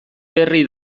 berri